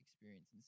experience